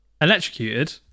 Electrocuted